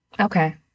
Okay